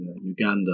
Uganda